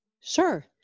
Sure